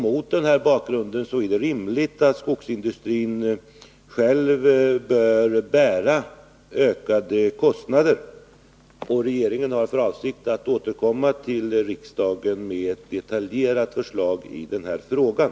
Mot denna bakgrund är det rimligt att skogsindustrin själv bär ökade kostnader. Regeringen har för avsikt att återkomma till riksdagen med ett detaljerat förslag i den här frågan.